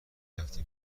رفتی